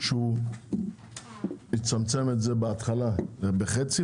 שהוא יצמצם את זה בהתחלה בחצי,